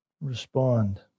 respond